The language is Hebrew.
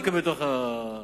בתוך,